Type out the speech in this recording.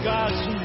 God's